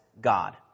God